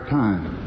time